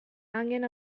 angan